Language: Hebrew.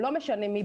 לא משנה מי,